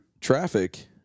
traffic